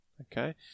okay